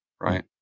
right